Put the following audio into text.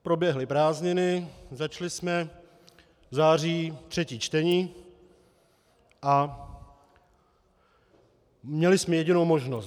Proběhly prázdniny, začali jsme v září třetí čtení a měli jsme jedinou možnost.